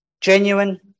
genuine